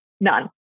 None